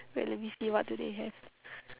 wait let me see what do they have